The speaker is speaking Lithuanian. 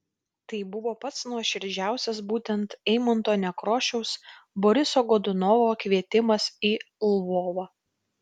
tai buvo pats nuoširdžiausias būtent eimunto nekrošiaus boriso godunovo kvietimas į lvovą